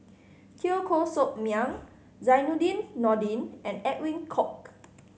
Teo Koh Sock Miang Zainudin Nordin and Edwin Koek